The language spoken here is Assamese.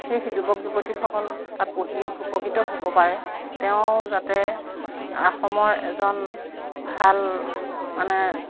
সেই সি যুৱক যুৱতীসকল তাত পঢ়ি উপকৃত হ'ব পাৰে তেওঁ যাতে অসমৰ এজন ভাল মানে